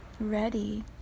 ready